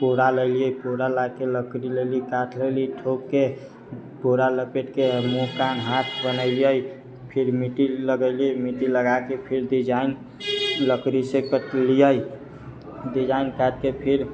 पूरा लेलियै पूरा लाके लकड़ी लैली काठ लैली ठोकि कऽ पूरा लपेटि कऽ मुँह कान हाथ बनेलियै फिर मिट्टी लगयली मिट्टी लगाऽ कऽ फिर डिजाइन लकड़ीसँ कटलियै डिजाइन काटि कऽ फिर